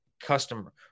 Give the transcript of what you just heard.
customer